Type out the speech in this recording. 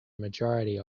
majority